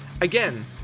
Again